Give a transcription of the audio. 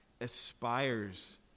aspires